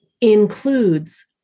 includes